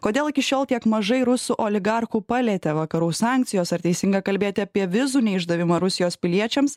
kodėl iki šiol tiek mažai rusų oligarchų palietė vakarų sankcijos ar teisinga kalbėti apie vizų neišdavimą rusijos piliečiams